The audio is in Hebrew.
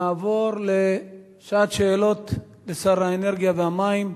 נעבור לשעת שאלות לשר האנרגיה והמים.